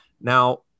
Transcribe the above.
Now